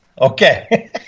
Okay